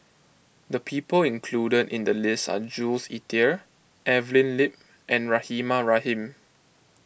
the people included in the list are Jules Itier Evelyn Lip and Rahimah Rahim